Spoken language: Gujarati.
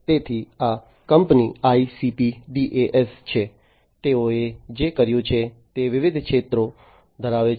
તેથી આ કંપની ICP DAS છે તેઓએ જે કર્યું છે તે વિવિધ ક્ષેત્રો ધરાવે છે